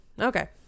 Okay